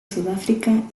sudáfrica